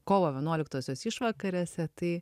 kovo vienuoliktosios išvakarėse tai